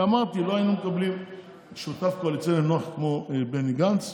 אמרתי: לא היינו מקבלים שותף קואליציוני נוח כמו בני גנץ,